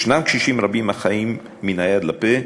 יש קשישים רבים החיים מן היד אל הפה,